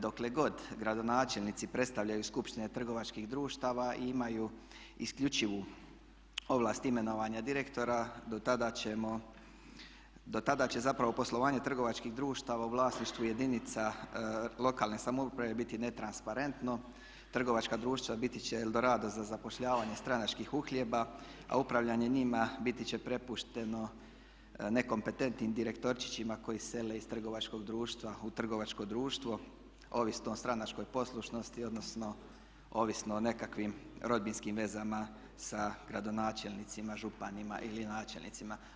Dokle god gradonačelnici predstavljaju skupštine trgovačkih društava i imaju isključivu ovlast imenovanja direktora dotada će zapravo poslovanje trgovačkih društava u vlasništvu jedinica lokalne samouprave biti netransparentno, trgovačka društva biti će El Dorado za zapošljavanje stranačkih uhljeba, a upravljanje njima biti će prepušteno nekompetentnim direktoričićima koji sele iz trgovačkog društva u trgovačko društvo ovisno o stranačkoj poslušnosti odnosno ovisno o nekakvim rodbinskim vezama sa gradonačelnicima, županima ili načelnicima.